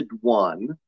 one